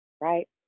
right